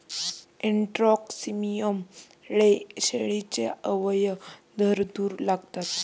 इंट्राटॉक्सिमियामुळे शेळ्यांचे अवयव थरथरू लागतात